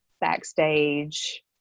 backstage